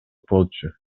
болчу